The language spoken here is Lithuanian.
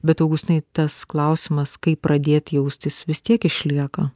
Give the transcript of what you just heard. bet augustinai tas klausimas kaip pradėt jaust jis vis tiek išlieka